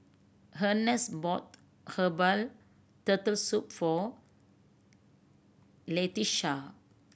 Earnest bought herbal Turtle Soup for Latesha